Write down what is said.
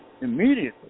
immediately